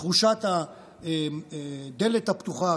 תחושת הדלת הפתוחה,